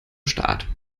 staat